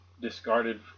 discarded